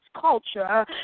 culture